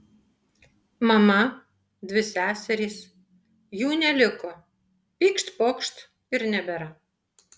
mama dvi seserys jų neliko pykšt pokšt ir nebėra